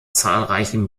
zahlreichen